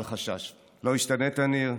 אל חשש, לא השתנית, ניר.